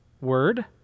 word